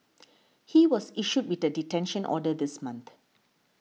he was issued with a detention order this month